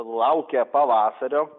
laukia pavasario